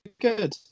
good